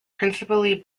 principally